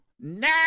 now